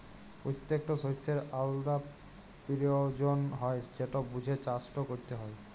পত্যেকট শস্যের আলদা পিরয়োজন হ্যয় যেট বুঝে চাষট ক্যরতে হয়